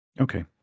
Okay